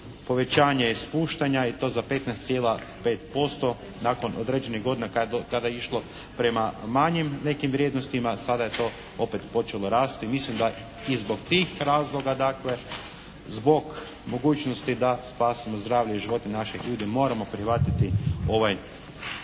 povećanja i spuštanja i to za 15,5% nakon određenih godina kada je išlo prema manjim nekim vrijednostima, sada je to opet počelo rasti, mislim da i zbog tih razloga dakle, zbog mogućnosti da spasimo zdravlje i živote naših ljudi moramo prihvatiti ovaj